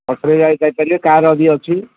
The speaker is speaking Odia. ଅଟୋରେ ଯାଇ ପାରିବେ କାର୍ ବି ଅଛି